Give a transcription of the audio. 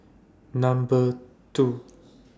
Number two